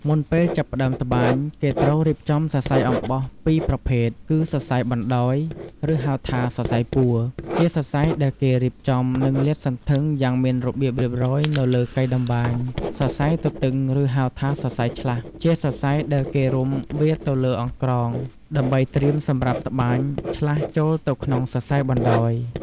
មុនពេលចាប់ផ្ដើមត្បាញ គេត្រូវរៀបចំសរសៃអំបោះពីរប្រភេទគឺ សរសៃបណ្ដោយ ឬហៅថា សរសៃពួរ ជាសរសៃដែលគេរៀបចំ និងលាតសន្ធឹងយ៉ាងមានរបៀបរៀបរយនៅលើកីតម្បាញ សរសៃទទឹងឬហៅថាសរសៃឆ្លាស់ ជាសរសៃដែលគេរុំវាទៅលើអង្រ្កង ដើម្បីត្រៀមសម្រាប់ត្បាញឆ្លាស់ចូលទៅក្នុងសរសៃបណ្ដោយ។